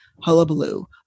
hullabaloo